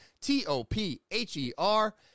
T-O-P-H-E-R